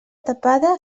tapada